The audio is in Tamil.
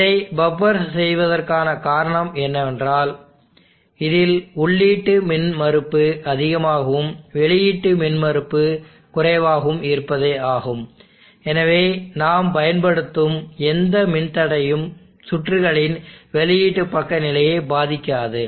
இதை பஃப்பர் செய்வதற்கான காரணம் என்னவென்றால் இதில் உள்ளீட்டு மின்மறுப்பு அதிகமாகவும் வெளியீட்டு மின்மறுப்பு குறைவாகவும் இருப்பதேயாகும் எனவே நாம் பயன்படுத்தும் எந்த மின்தடையும் சுற்றுகளின் வெளியீட்டு பக்க நிலையை பாதிக்காது